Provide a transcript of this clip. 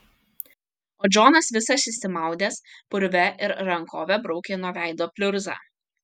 o džonas visas išsimaudęs purve ir rankove braukė nuo veido pliurzą